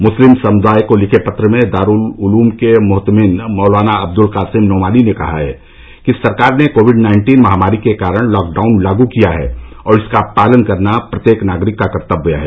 मुस्लिम समुदाय को लिखे पत्र में दारूल उलूम के मोहतमिन मौलाना अब्दुल कासिम नोमानी ने कहा कि सरकार ने कोविड नाइन्टीन महामारी के कारण लॉकडाउन लागू किया है और इसका पालन करना प्रत्येक नागरिक का कर्तव्य है